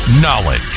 Knowledge